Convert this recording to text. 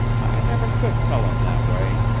i never could tell em that way.